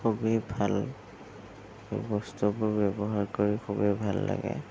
খুবেই ভাল বস্তুবোৰ ব্যৱহাৰ কৰি খুবেই ভাল লাগে